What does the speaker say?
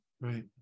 right